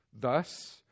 Thus